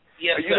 Yes